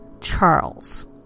Charles